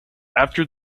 after